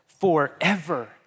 forever